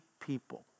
people